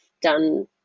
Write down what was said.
done